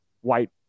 white